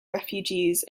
refugees